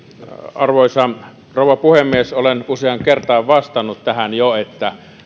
arvoisa rouva puhemies olen jo useaan kertaan vastannut tähän että